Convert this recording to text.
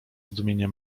zdumienie